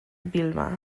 vilma